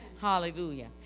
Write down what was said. Hallelujah